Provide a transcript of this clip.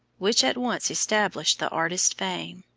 which at once established the artist's fame.